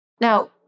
Now